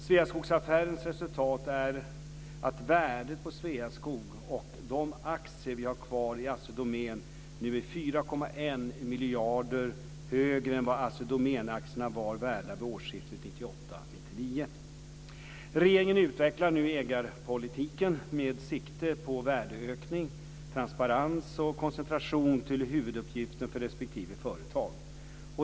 Sveaskogsaffärens resultat är att värdet på Sveaskog och de aktier vi har kvar i Assi Domän nu är 4,1 miljarder högre än vad Assi Domän-aktierna var värda vid årsskiftet 1998/99. Regeringen utvecklar nu ägarpolitiken med sikte på värdeökning, transparens och koncentration till huvuduppgiften för respektive företag.